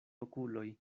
okuloj